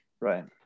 right